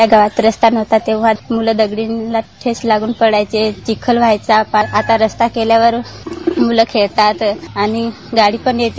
या गावात रस्ता नव्हता तेंव्हा मुलं दगडाला ठेच लागून पडायची चिखलही व्हायचा पण आता रस्ता झाल्यामुळे मुला खेळतात गाडी पण येते